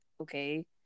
okay